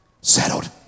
settled